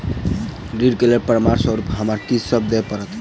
ऋण केँ लेल प्रमाण स्वरूप हमरा की सब देब पड़तय?